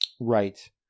Right